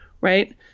Right